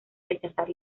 rechazar